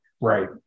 right